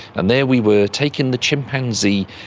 and there we were, taking the chimpanzee,